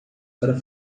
para